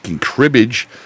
cribbage